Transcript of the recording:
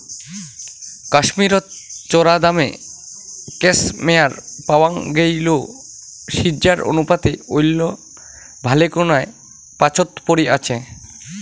কাশ্মীরত চরাদামে ক্যাশমেয়ার পাওয়াং গেইলেও সিজ্জার অনুপাতে ঐলা ভালেকুনায় পাচোত পরি আচে